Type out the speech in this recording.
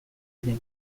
ere